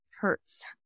hurts